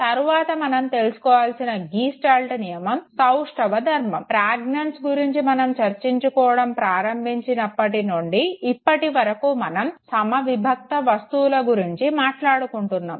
తరువాత మనం తెలుసుకోవాల్సిన గీస్టాల్ట్ నియమం సౌష్టవ ధర్మం ప్రజ్ఞాంజ్ గురించి మనం చర్చించుకోవడం ప్రారంభించినప్పటి నుండి ఇప్పటి వరకు మనం సమవిభక్త వస్తువుల గురించి మాట్లాడుకుంటున్నాము